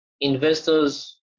investors